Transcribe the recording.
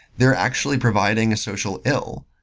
they're actually providing a social ill.